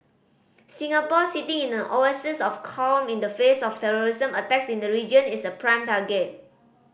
Singapore sitting in an oasis of calm in the face of terrorism attacks in the region is a prime target